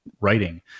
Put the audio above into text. writing